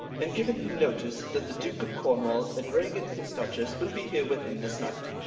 and given him notice that the duke of cornwall and regan his duchess will be here with him this night.